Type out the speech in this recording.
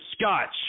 Scotch